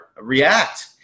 React